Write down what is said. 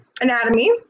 anatomy